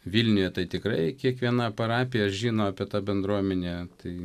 vilniuje tai tikrai kiekviena parapija žino apie tą bendruomenę tai